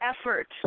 effort